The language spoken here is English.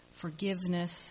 forgiveness